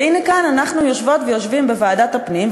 והנה כאן אנחנו יושבות ויושבים בוועדת הפנים,